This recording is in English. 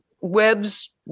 webs